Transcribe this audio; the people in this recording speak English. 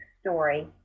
story